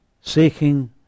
seeking